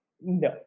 no